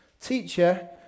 teacher